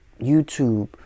YouTube